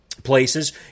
Places